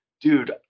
dude